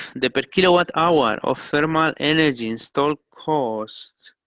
the per kilowatt hour of thermal energy installed cost